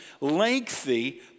lengthy